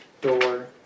door